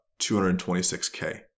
226K